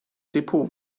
depot